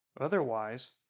Otherwise